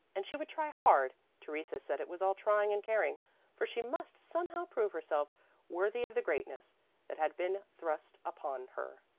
and she would try hard theresa said it was all trying and caring for she must somehow prove herself worthy of the greatness that had been thrust upon her.